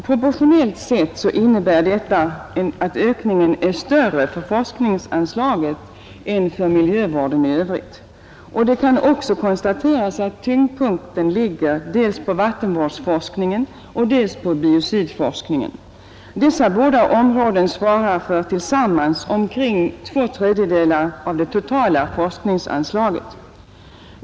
Proportionellt sett innebär detta att ökningen är större för forskningsanslaget än för miljövården i övrigt. Det kan också konstateras att tyngdpunkten ligger dels på vattenvårdsforskning, dels på biocidforskning. Dessa båda områden svarar för tillsammans omkring två tredjedelar av det totala forskningsanslaget.